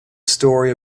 story